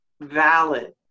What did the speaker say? valid